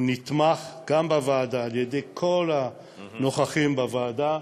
הוא נתמך גם בוועדה על-ידי כל הנוכחים בוועדה,